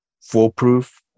foolproof